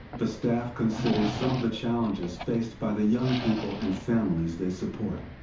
the staff considers some of the challenges faced by the young people and families they support.